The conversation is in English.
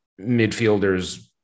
midfielders